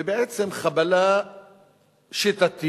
ובעצם חבלה שיטתית